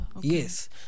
Yes